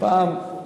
פעם.